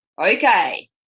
okay